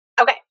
Okay